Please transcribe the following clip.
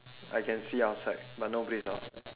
I can see outside but nobody's outside